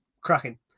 cracking